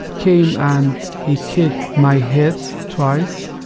came, and he kicked my hips twice,